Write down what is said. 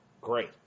Great